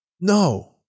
No